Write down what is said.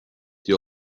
the